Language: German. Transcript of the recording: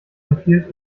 empfiehlt